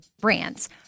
brands